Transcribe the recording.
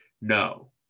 no